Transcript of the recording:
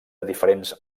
diferents